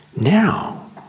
Now